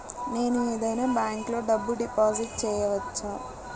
నేను ఏదైనా బ్యాంక్లో డబ్బు డిపాజిట్ చేయవచ్చా?